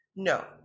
No